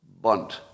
bunt